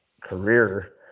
career